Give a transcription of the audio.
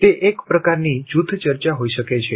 તે એક પ્રકારની જૂથ ચર્ચા હોઈ શકે છે